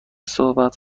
صحبت